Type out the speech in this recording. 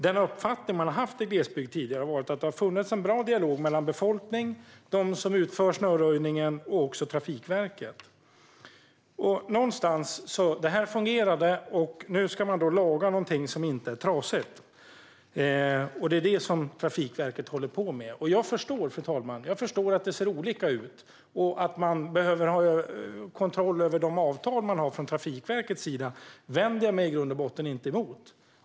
Den uppfattning man har haft i glesbygden tidigare är att det har funnits en bra dialog mellan befolkning, de som utför snöröjningen och Trafikverket. Detta fungerade, och nu ska man alltså laga någonting som inte är trasigt. Det är det som Trafikverket håller på med. Fru talman! Jag förstår att det ser olika ut och att man behöver ha kontroll över de avtal man har från Trafikverkets sida. Det vänder jag mig i grund och botten inte emot.